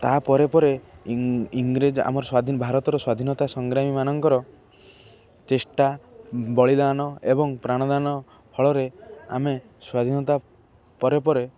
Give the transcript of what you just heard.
ତା'ପରେ ପରେ ଇଂରେଜ ଆମର ଭାରତର ସ୍ଵାଧୀନତା ସଂଗ୍ରାମୀ ମାନଙ୍କର ଚେଷ୍ଟା ବଳିଦାନ ଏବଂ ପ୍ରାଣଦାନ ଫଳରେ ଆମେ ସ୍ୱାଧୀନତା ପରେ